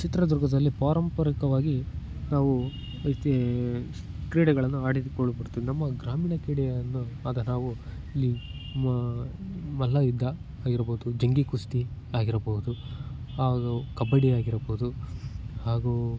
ಚಿತ್ರದುರ್ಗದಲ್ಲಿ ಪಾರಂಪರಿಕವಾಗಿ ನಾವು ರೀತಿ ಕ್ರೀಡೆಗಳನ್ನು ಆಡಿಕೊಳ್ಳು ಬರ್ತೀವಿ ನಮ್ಮ ಗ್ರಾಮೀಣ ಕ್ರೀಡೆಯನ್ನು ಆದ ನಾವು ಇಲ್ಲಿ ಮ ಮಲ್ಲಯುದ್ಧ ಆಗಿರ್ಬೋದು ಜಂಗಿ ಕುಸ್ತಿ ಆಗಿರಬಹ್ದು ಹಾಗೂ ಕಬಡ್ಡಿ ಆಗಿರ್ಬೊದು ಹಾಗೂ